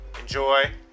enjoy